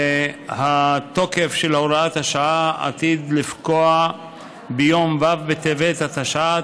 והתוקף של הוראת השעה עתיד לפקוע ביום ו' בטבת התשע"ט,